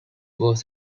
was